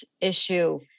issue